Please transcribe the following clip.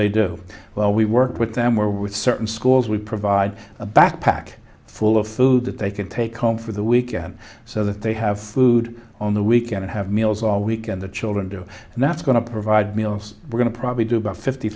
they do well we work with them where with certain schools we provide a backpack full of food that they can take home for the weekend so that they have food on the weekend and have meals all week and the children do and that's going to provide meals we're going to probably do about fifty